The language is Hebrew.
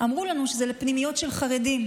אמרו לנו שזה לפנימיות של חרדים.